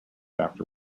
after